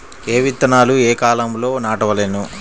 ఏ విత్తనాలు ఏ కాలాలలో నాటవలెను?